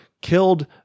killed